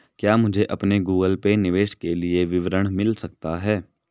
क्या मुझे अपने गूगल पे निवेश के लिए विवरण मिल सकता है?